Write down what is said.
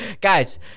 Guys